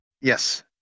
Yes